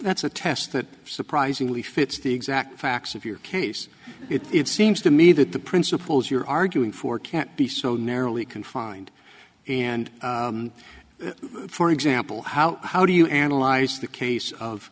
that's a task that surprisingly fits the exact facts of your case it seems to me that the principles you're arguing for can't be so narrowly confined and for example how how do you analyze the case of